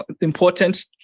important